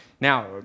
Now